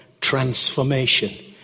transformation